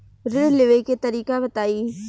ऋण लेवे के तरीका बताई?